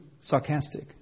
sarcastic